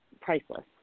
priceless